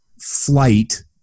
flight